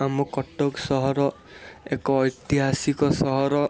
ଆମ କଟକ ସହର ଏକ ଐତିହାସିକ ସହର